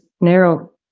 narrow